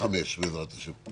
בעזרת השם.